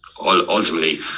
ultimately